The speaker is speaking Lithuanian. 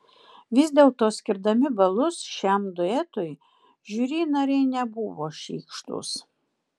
vis dėlto skirdami balus šiam duetui žiuri nariai nebuvo šykštūs